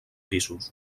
pisos